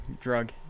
drug